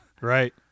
Right